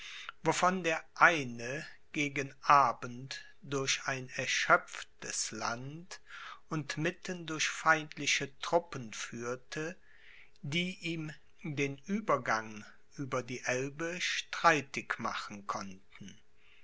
wovon der eine gegen abend durch ein erschöpftes land und mitten durch feindliche truppen führte die ihm den uebergang über die elbe streitig machen konnten